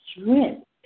strength